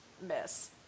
miss